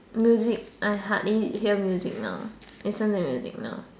music I hardly hear music now listen to music now